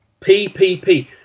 PPP